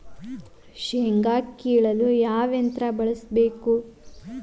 ಶೇಂಗಾ ಕೇಳಲು ಯಾವ ಯಂತ್ರ ಬಳಸಬೇಕು?